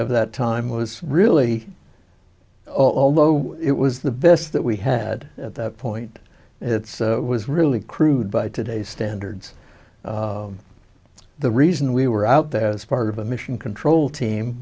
of that time was really although it was the best that we had at that point it was really crude by today's standards the reason we were out there as part of a mission control team